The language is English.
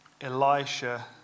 Elisha